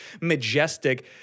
majestic